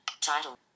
title